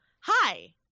hi